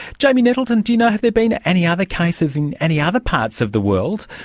jamie nettleton, do you know, have there been ah any other cases in any other parts of the world,